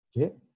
Okay